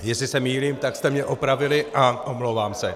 Jestli se mýlím, tak jste mě opravili a omlouvám se.